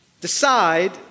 Decide